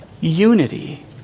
unity